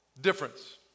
Difference